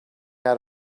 out